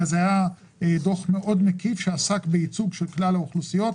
זה היה דוח מאוד מקיף שעסק בייצוג כלל האוכלוסיות.